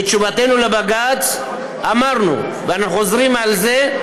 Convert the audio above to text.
בתשובתנו לבג"ץ, אמרנו ואנחנו חוזרים על זה,